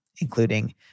including